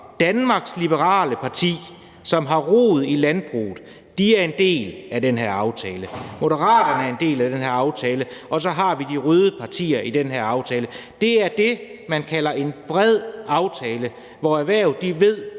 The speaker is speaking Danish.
Danmarks Liberale Parti, som har rødder i landbruget, er en del af den her aftale, Moderaterne er en del af den her aftale, og så er de røde partier med i den her aftale. Det er det, man kalder en bred aftale, hvor erhvervet ved,